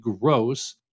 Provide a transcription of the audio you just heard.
gross